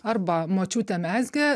arba močiutė mezgė